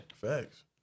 Facts